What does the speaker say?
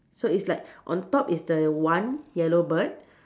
so it's like on top is the one yellow bird